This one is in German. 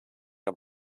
der